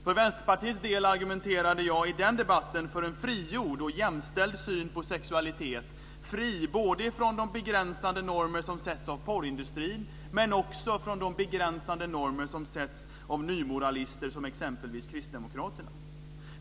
För Vänsterpartiet del argumenterade jag i den debatten för en frigjord och jämställd syn på sexualitet, fri från de begränsande normer som sätts av porrindustrin men också från de begränsande normer som sätts av nymoralister, exempelvis kristdemokraterna.